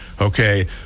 Okay